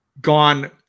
gone